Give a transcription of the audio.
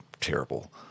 terrible